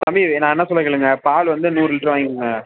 தம்பி நான் என்ன சொல்கிறேன் கேளுங்களேன் பால் வந்து நூறு லிட்ரு வாங்கிக்கங்க